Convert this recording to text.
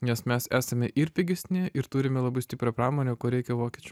nes mes esame ir pigesni ir turime labai stiprią pramonę ko reikia vokiečiam